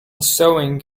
sewing